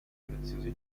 preziosi